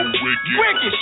wicked